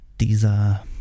dieser